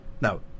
No